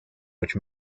which